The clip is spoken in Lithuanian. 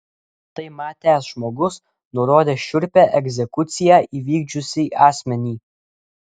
tai matęs žmogus nurodė šiurpią egzekuciją įvykdžiusį asmenį